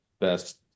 best